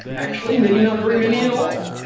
actually, maybe not very many at all.